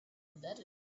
embedded